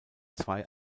zwei